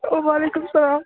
وَعلیکُم سَلام